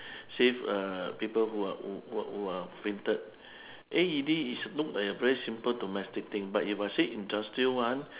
save uh people who are who who are fainted A_E_D is look like a very simple domestic thing but if I say industrial one